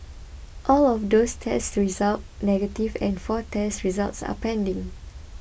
all of those test result negative and four test results are pending